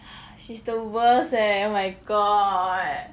she's the worst eh oh my god